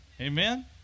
Amen